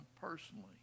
personally